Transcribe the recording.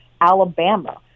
Alabama